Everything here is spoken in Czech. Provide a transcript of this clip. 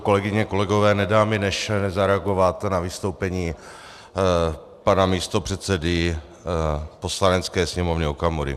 Kolegyně, kolegové, nedá mi, než zareagovat na vystoupení pana místopředsedy Poslanecké sněmovny Okamury.